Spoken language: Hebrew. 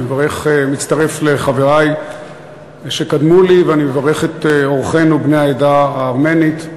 אני מצטרף לחברי שקדמו לי ואני מברך את אורחינו בני העדה הארמנית,